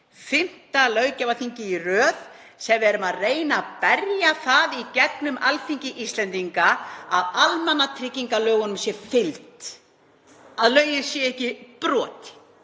fimmta löggjafarþingið í röð sem við erum að reyna að berja það í gegnum Alþingi Íslendinga að almannatryggingalögunum sé fylgt, að lögin séu ekki brotin.